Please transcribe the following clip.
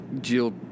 Jill